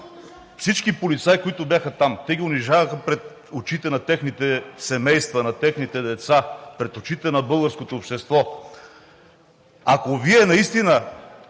всички полицаи, които бяха там. Те ги унижаваха пред очите на техните семейства, на техните деца, пред очите на българското общество. Ако Вие наистина